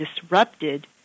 disrupted